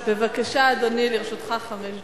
בבקשה, אדוני, לרשותך חמש דקות.